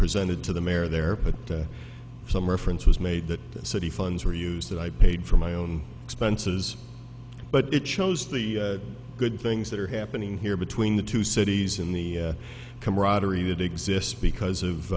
presented to the mayor there put some reference was made that city funds were used that i paid for my own expenses but it shows the good things that are happening here between the two cities in the camaraderie that exist because